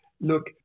Look